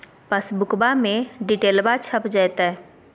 पासबुका में डिटेल्बा छप जयते?